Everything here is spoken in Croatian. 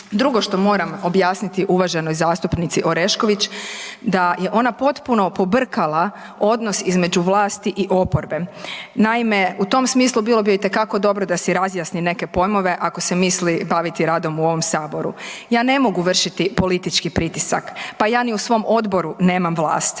Drugo što moram objasniti uvaženoj zastupnici Orešković, da je ona potpuno pobrkala odnos između vlasti i oporbe. Naime, u tom smislu bilo bi joj itekako dobro da si razjasni neke pojmove ako se misli baviti radom u ovom Saboru. Ja ne mogu vršiti politički pritisak, pa ja ni u svom Odboru nemam vlast,